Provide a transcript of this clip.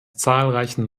zahlreichen